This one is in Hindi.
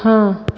हाँ